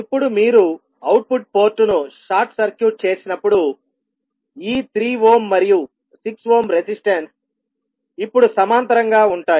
ఇప్పుడు మీరు output port ను షార్ట్ సర్క్యూట్ చేసినప్పుడు ఈ 3 ఓమ్ మరియు 6 ఓమ్ రెసిస్టన్స్ ఇప్పుడు సమాంతరంగా ఉంటాయి